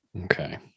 Okay